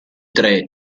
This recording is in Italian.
tre